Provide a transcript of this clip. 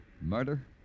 Murder